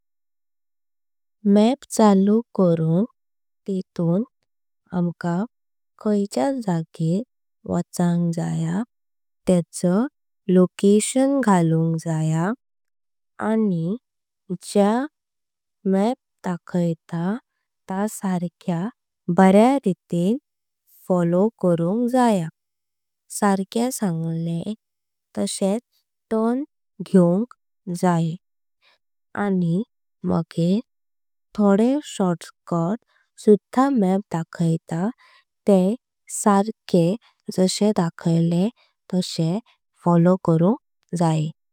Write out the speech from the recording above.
माप चालू करून तेथून आम्हांका खायच्य जागेर। वाचनक जाय तेचो लोकेशन घालूनक जया। आणि जा माप दाखायत तां सर्ख्य बर्या रीतीन। फोलो करुंक जया सर्खे सगले टर्न बिट फोलो। करुंक जाय आणि मागेर थोड़े शॉर्टकट्स। सुधा माप दाखायत ते फोलो करुंक जाय।